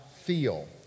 feel